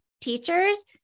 teachers